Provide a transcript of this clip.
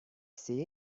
see